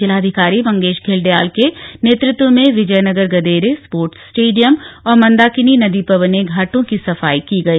जिलाधिकारी मंगेश घिल्डियाल के नेतृत्व में विजयनगर गदेरे स्पोर्ट्स स्टेडियम और मन्दाकिनी नदी पर बने घाटों की सफाई की गई